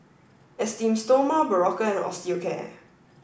Esteem Stoma Berocca and Osteocare